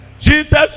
Jesus